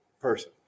person